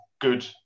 good